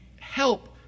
help